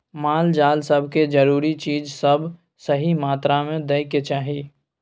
माल जाल सब के जरूरी चीज सब सही मात्रा में दइ के चाही